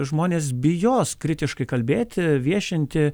žmonės bijos kritiškai kalbėti viešinti